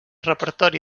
repertori